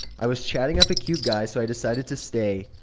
i was chatting up a cute guy so i decided to stay.